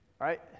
right